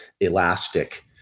elastic